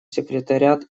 секретариат